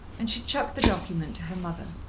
and she chucked the document to her mother.